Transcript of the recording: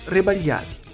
Rebagliati